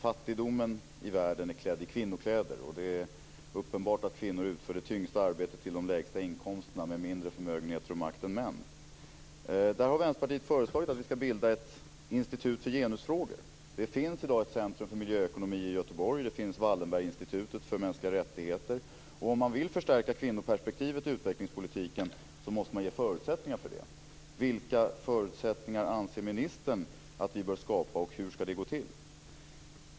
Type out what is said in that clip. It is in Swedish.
Fattigdomen i världen är klädd i kvinnokläder. Det är uppenbart att kvinnor utför det tyngsta arbetet till de lägsta inkomsterna, med mindre förmögenheter och makt än män. Vänsterpartiet har föreslagit att vi ska bilda ett institut för genusfrågor. Det finns i dag ett centrum för miljöekonomi i Göteborg och Wallenberginstitutet för mänskliga rättigheter. Om man vill förstärka kvinnoperspektivet i utvecklingspolitiken måste man ge förutsättningar för det. Vilka förutsättningar anser ministern att vi bör skapa, och hur ska det gå till?